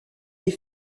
est